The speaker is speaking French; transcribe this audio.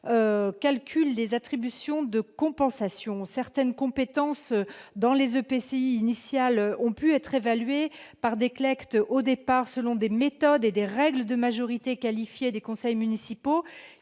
calcule les attributions de compensation. Certaines compétences des EPCI ont pu initialement être évaluées par des CLETC selon des méthodes et des règles de majorité qualifiée des conseils municipaux